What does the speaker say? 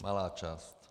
Malá část.